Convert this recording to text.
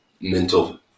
mental